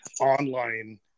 online